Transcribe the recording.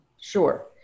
Sure